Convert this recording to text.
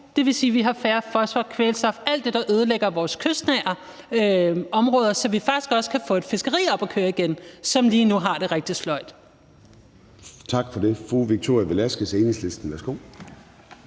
det vil sige, at vi har mindre fosfor og kvælstof, alt det, der ødelægger vores kystnære områder, så vi faktisk også kan få et fiskeri op at køre igen – et fiskeri, som lige nu har det rigtig sløjt. Kl. 21:12 Formanden (Søren Gade): Tak for det. Fru Victoria Velasquez, Enhedslisten. Værsgo.